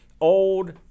old